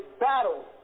battle